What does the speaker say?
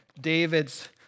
David's